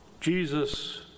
Jesus